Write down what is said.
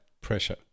pressure